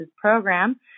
Program